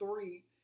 three